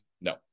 No